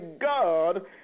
God